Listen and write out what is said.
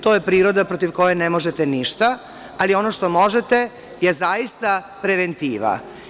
To je priroda protiv koje ne možete ništa, ali ono što možete je zaista preventiva.